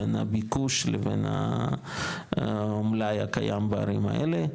בין הביקוש לבין המלאי הקיים בערים האלה.